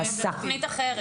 זאת תוכנית אחרת.